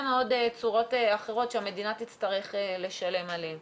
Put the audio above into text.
צורות אחרות שהמדינה תצטרך לשלם עליהם.